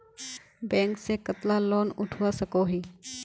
Bank से कतला loan उठवा सकोही?